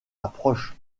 approche